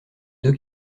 deux